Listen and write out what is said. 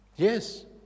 Yes